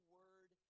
Word